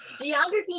Geography